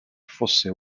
fosse